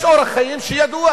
יש אורח חיים שידוע